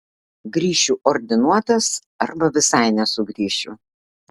grįšiu ordinuotas arba visai nesugrįšiu